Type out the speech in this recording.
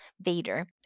Vader